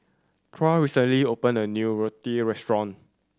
Troy recently opened a new Raita restaurant